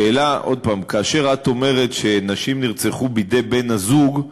כאשר את אומרת שנשים נרצחו בידי בן-הזוג,